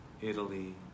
Italy